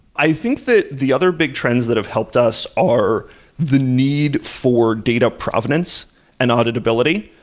i think that the other big trends that have helped us are the need for data provenance and auditability.